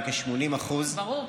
עם כ-80% ברור,